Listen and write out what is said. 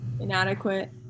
inadequate